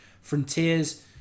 frontiers